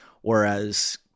Whereas